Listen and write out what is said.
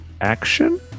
action